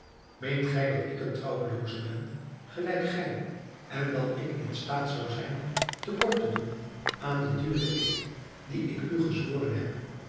meent gij dat ik een trouwelooze ben gelijk gij en dat ik in staat zou zijn te kort te doen aan den duren eed dien ik u gezworen heb